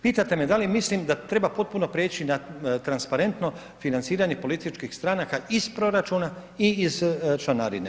Pitate me da li mislim da treba potpuno prijeći na transparentno financiranje političkih stranaka iz proračuna i iz članarine?